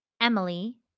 Emily